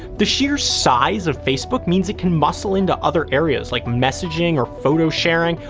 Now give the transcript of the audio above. the sheer size of facebook means it can muscle in to other areas, like messaging or photo sharing,